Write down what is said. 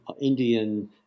Indian